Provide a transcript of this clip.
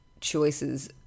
Choices